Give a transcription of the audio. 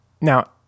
Now